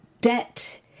debt